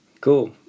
Cool